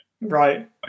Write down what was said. Right